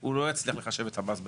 הוא לא יצליח לחשב את המס בעצמו.